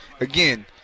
again